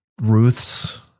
Ruth's